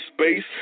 space